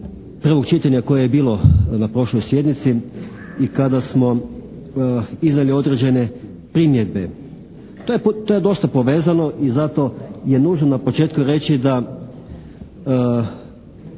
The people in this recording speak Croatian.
prvog čitanja koje je bilo na prošloj sjednici i kada smo iznijeli određene primjedbe. To je dosta povezano i zato je nužno na početku reći da